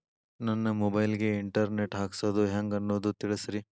ನನ್ನ ಮೊಬೈಲ್ ಗೆ internet ಹಾಕ್ಸೋದು ಹೆಂಗ್ ಅನ್ನೋದು ತಿಳಸ್ರಿ